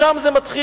משם זה מתחיל,